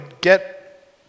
get